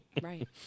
Right